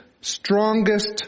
Strongest